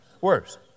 Worse